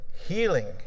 healing